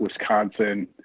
Wisconsin